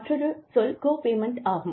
மற்றொரு சொல் copayment ஆகும்